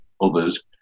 others